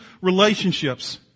relationships